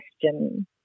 question